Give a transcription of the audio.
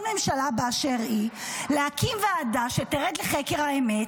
ממשלה באשר היא להקים ועדה שתרד לחקר האמת,